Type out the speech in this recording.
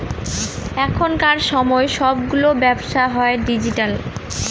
এখনকার সময় সবগুলো ব্যবসা হয় ডিজিটাল